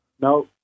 no